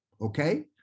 Okay